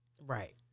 Right